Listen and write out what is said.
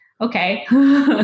Okay